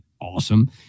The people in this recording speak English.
awesome